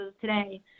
today